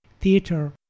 theater